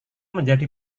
menjadi